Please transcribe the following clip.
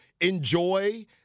enjoy